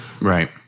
Right